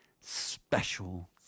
special